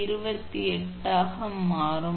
28 ° ஆக மாறும்